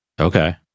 Okay